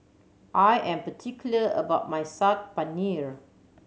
I am particular about my Saag Paneer